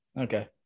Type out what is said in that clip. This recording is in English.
Okay